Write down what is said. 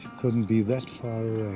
couldn't be that far